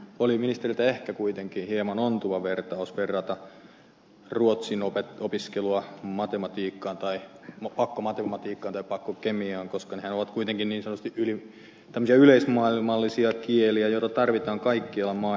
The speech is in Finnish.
oli ministeriltä ehkä kuitenkin hieman ontuva vertaus verrata ruotsin opiskelua pakkomatematiikkaan tai pakkokemiaan koska nehän ovat kuitenkin niin sanottuja yleismaailmallisia kieliä joita tarvitaan kaikkialla maailmassa